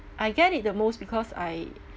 I get it the most because I